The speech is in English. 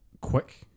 quick